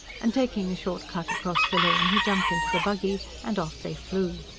and taking a short cut across the lawn, he jumped into the buggy and off they flew.